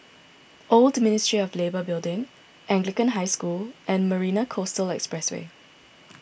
Old Ministry of Labour Building Anglican High School and Marina Coastal Expressway